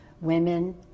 women